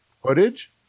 footage